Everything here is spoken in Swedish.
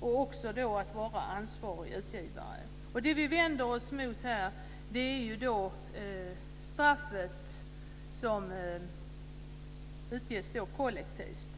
och också att vara ansvarig utgivare. Det som vi vänder oss emot här är straffet som utdöms kollektivt.